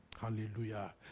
Hallelujah